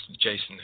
Jason